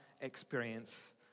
experience